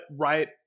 right